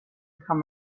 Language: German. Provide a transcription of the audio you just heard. kann